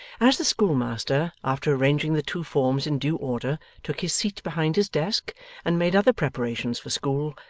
as the schoolmaster, after arranging the two forms in due order, took his seat behind his desk and made other preparations for school,